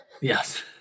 Yes